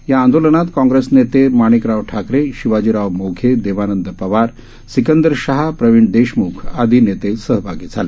याआंदोलनातकाँग्रेसनेतेमाणिकरावठाकरे शिवाजीरावमोघे देवानंदपवार सिकंदरशहा प्रवीणदेशमुखआदीनेतेसहभागीझाले